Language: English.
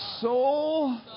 Soul